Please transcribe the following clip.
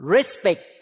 Respect